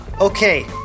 Okay